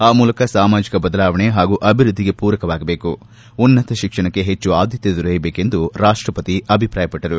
ಆ ಮೂಲಕ ಸಾಮಾಜಿಕ ಬದಲಾವಣೆ ಹಾಗೂ ಅಭಿವೃದ್ದಿಗೆ ಪೂರಕವಾಗಬೇಕು ಉನ್ನತ ಶಿಕ್ಷಣಕ್ಕೆ ಹೆಚ್ಚು ಆದ್ದತೆ ದೊರೆಯಬೇಕೆಂದು ರಾಷ್ಷಪತಿ ಅಭಿಪ್ರಾಯಪಟ್ಟರು